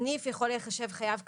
סניף יכול להיחשב חייב קטן,